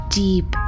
deep